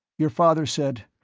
your father said,